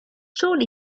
surely